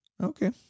Okay